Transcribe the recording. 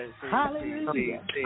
Hallelujah